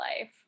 life